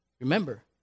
remember